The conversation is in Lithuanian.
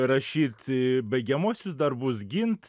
rašyt baigiamuosius darbus gint